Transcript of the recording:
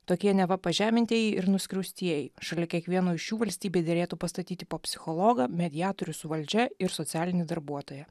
tokie neva pažemintieji ir nuskriaustieji šalia kiekvieno iš jų valstybei derėtų pastatyti po psichologą mediatorių su valdžia ir socialinį darbuotoją